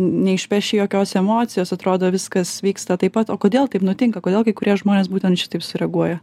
neišpeši jokios emocijos atrodo viskas vyksta taip pat o kodėl taip nutinka kodėl kai kurie žmonės būtent šitaip sureaguoja